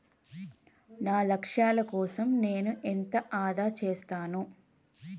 నా లక్ష్యాల కోసం నేను ఎంత ఆదా చేస్తాను?